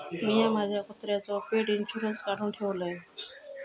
मिया माझ्या कुत्र्याचो पेट इंशुरन्स काढुन ठेवलय